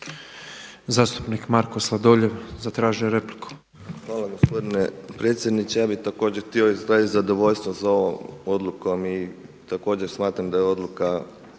je repliku. **Sladoljev, Marko (MOST)** Hvala gospodine predsjedniče. Ja bih također htio izraziti zadovoljstvo za ovom odlukom i također smatram da je odluka